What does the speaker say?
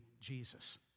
Jesus